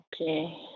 okay